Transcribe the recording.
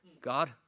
God